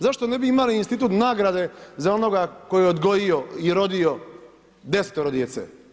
Zašto ne bi imali institut nagrade za onoga koji je odgojio i rodio desetero djece?